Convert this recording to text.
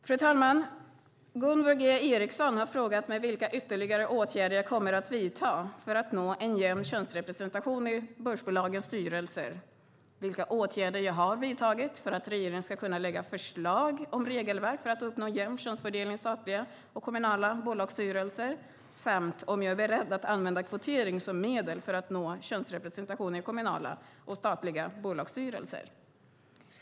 Fru talman! Gunvor G Ericson har frågat mig vilka ytterligare åtgärder jag kommer att vidta för att nå en jämn könsrepresentation i börsbolagens styrelser, vilka åtgärder jag har vidtagit för att regeringen ska kunna lägga fram förslag om regelverk för att uppnå en jämn könsfördelning i statliga och kommunala bolagsstyrelser samt om jag är beredd att använda kvotering som medel för att nå en jämn könsrepresentation i kommunala och statliga bolagsstyrelser.